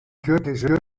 türkische